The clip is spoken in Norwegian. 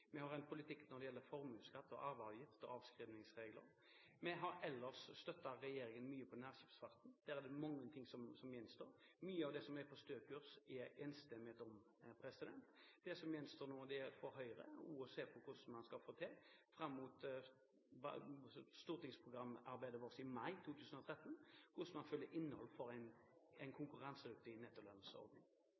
vi har en politikk når det gjelder formuesskatt, arveavgift og avskrivningsregler, vi har ellers støttet regjeringen mye når det gjelder nærskipsfarten – der er det mange ting som gjenstår. Mye av det som står i Stø kurs, er det enstemmighet om. Det som nå gjenstår for Høyre, er å se hvordan man fram mot stortingsprogramarbeidet i mai 2013 skal fylle en konkurransedyktig nettolønnsordning